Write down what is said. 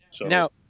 Now